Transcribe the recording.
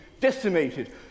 decimated